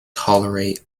tolerate